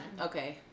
okay